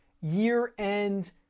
year-end